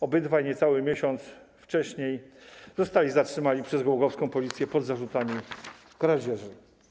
Obydwaj niecały miesiąc wcześniej zostali zatrzymani przez głogowską policję pod zarzutami kradzieży.